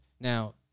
now